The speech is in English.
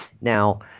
Now